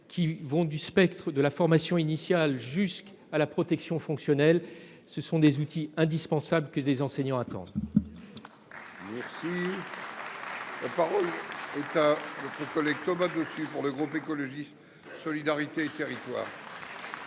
dont le spectre s’étend de la formation initiale jusqu’à la protection fonctionnelle. Ce sont des outils indispensables que les enseignants attendent. La parole est à M. Thomas Dossus, pour le groupe Écologiste – Solidarité et Territoires.